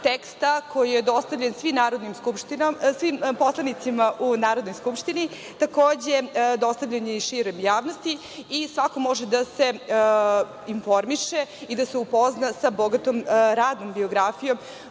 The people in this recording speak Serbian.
teksta koji je dostavljen svim poslanicima u Narodnoj skupštini. Takođe, dostavljen je i široj javnosti i svako može da se informiše i da se upozna sa bogatom radnom biografijom